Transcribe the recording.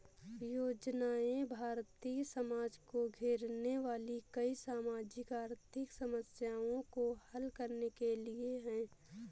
योजनाएं भारतीय समाज को घेरने वाली कई सामाजिक आर्थिक समस्याओं को हल करने के लिए है